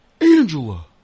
Angela